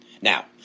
Now